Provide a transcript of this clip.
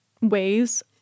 ways